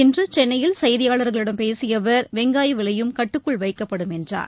இன்று சென்னையில் செய்தியாளர்களிடம் பேசிய அவர் வெங்காய விலையும் கட்டுக்குள் வைக்கப்படும் என்றார்